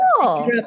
cool